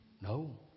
No